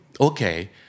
Okay